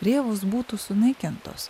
rėvos būtų sunaikintos